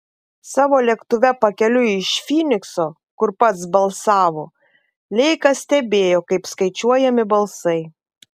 savo lėktuve pakeliui iš fynikso kur pats balsavo leikas stebėjo kaip skaičiuojami balsai